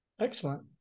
excellent